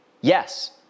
Yes